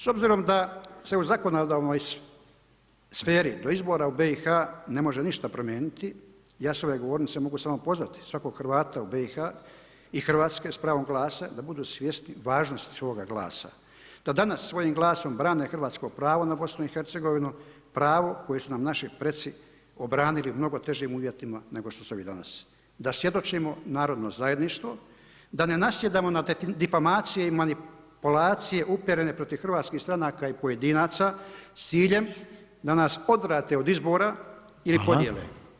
S obzirom da se u zakonodavnoj sferi do izbora u BiH ne može ništa promijeniti, ja s ove govornice mogu samo pozvati svakog Hrvata u BiH i Hrvatske s pravom glasa da budu svjesni važnosti svoga glasa, da danas svojim glasom brane Hrvatsko pravo na BiH, pravo koje su nam naši preci obranili u mnogo težim uvjetima, nego što su ovi danas. da svjedočimo narodno zajedništvo, da ne nasjedamo na difamacija i manipulacije uperene protiv hrvatskih stranaka i pojedinaca s ciljem da nas odvrate od izbora ili podijele.